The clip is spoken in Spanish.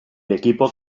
equipo